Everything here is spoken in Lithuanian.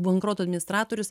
bankroto administratorius